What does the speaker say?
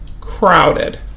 crowded